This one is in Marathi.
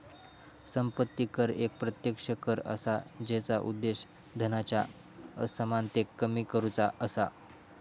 संपत्ती कर एक प्रत्यक्ष कर असा जेचा उद्देश धनाच्या असमानतेक कमी करुचा असा